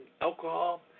alcohol